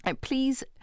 Please